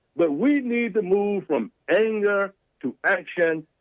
but we need to move from anger to action.